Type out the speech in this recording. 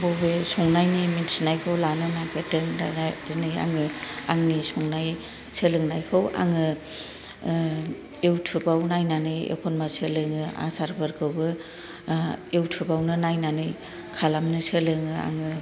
बबे संनायनि मिन्थिनायखौ लानो नागिरदों दिनै आंनि संनाय सोलोंनायखौ आङो ओ युटुबाव नायनानै एखनबा सोलोङो आसारफोरखौबो युटुबावनो नायनानै खालामनो सोलोङो आङो